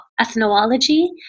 ethnology